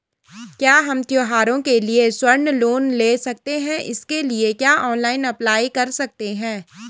क्या हम त्यौहारों के लिए स्वर्ण लोन ले सकते हैं इसके लिए क्या ऑनलाइन अप्लाई कर सकते हैं?